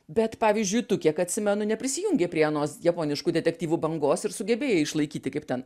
bet pavyzdžiui tu kiek atsimenu neprisijungei prie anos japoniškų detektyvų bangos ir sugebėjai išlaikyti kaip ten